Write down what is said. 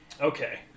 Okay